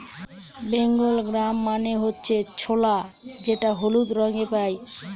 Bengal gram মানে হচ্ছে ছোলা যেটা হলুদ রঙে পাই